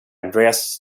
andreas